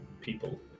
people